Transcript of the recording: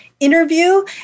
interview